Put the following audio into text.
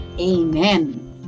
Amen